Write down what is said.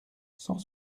cent